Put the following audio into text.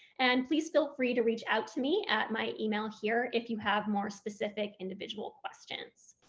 and please feel free to reach out to me at my email here if you have more specific individual questions.